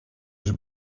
dus